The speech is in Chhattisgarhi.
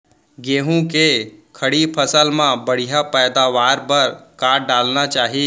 गेहूँ के खड़ी फसल मा बढ़िया पैदावार बर का डालना चाही?